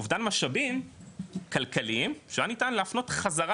אובדן משאבים כלכליים שהיה ניתן להפנות חזרה